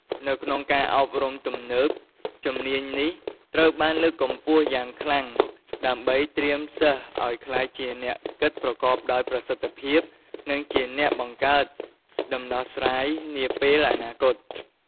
នៅក្នុងការអប់រំទំនើប ជំនាញនេះត្រូវបានលើកកម្ពស់យ៉ាងខ្លាំងដើម្បីត្រៀមសិស្សឲ្យក្លាយជាអ្នកគិតប្រកបដោយប្រសិទ្ធភាព និងជាអ្នកបង្កើតដំណោះស្រាយនាពេលអនាគត។